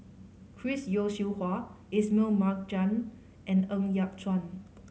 Chris Yeo Siew Hua Ismail Marjan and Ng Yat Chuan